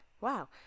wow